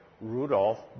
Rudolf